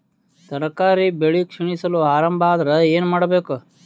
ತರಕಾರಿ ಬೆಳಿ ಕ್ಷೀಣಿಸಲು ಆರಂಭ ಆದ್ರ ಏನ ಮಾಡಬೇಕು?